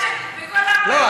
לא,